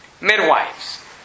midwives